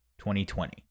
2020